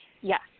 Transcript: Yes